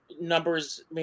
numbers